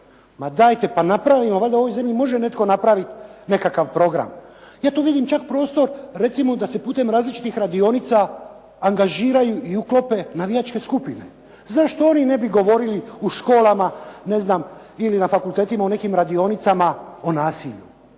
Ma dajte, pa napravimo, valjda u ovoj zemlji može netko napraviti nekakav program. Ja tu vidim čak prostor recimo da se putem različitih radionica angažiraju i uklope navijačke skupine. Zašto oni ne bi govorili u školama ne znam ili na fakultetima u nekim radionicama o nasilju.